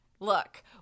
Look